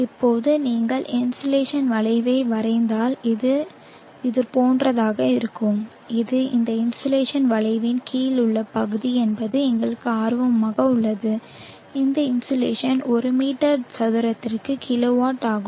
இப்போது நீங்கள் இன்சோலேஷன் வளைவை வரைந்தால் இது இதுபோன்றதாக இருக்கும் இது இந்த இன்சோலேஷன் வளைவின் கீழ் உள்ள பகுதி என்பது எங்களுக்கு ஆர்வமாக உள்ளது இந்த இன்சோலேஷன் ஒரு மீட்டர் சதுரத்திற்கு கிலோவாட் ஆகும்